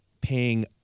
paying